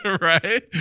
right